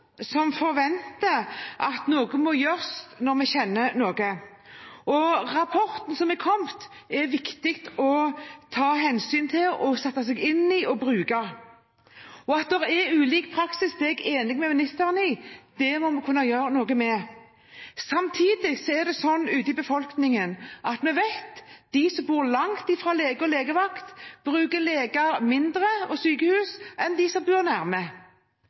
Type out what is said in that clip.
som forventer at noe må gjøres når vi kjenner noe. Rapporten som har kommet, er det viktig å ta hensyn til, sette seg inn i og å bruke. At det er ulik praksis, er jeg enig med ministeren i. Det må vi kunne gjøre noe med. Samtidig er det slik ute i befolkningen at vi vet at de som bor langt fra lege og legevakt, bruker leger og sykehus mindre enn de som bor nærme.